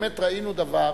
ובאמת ראינו דבר,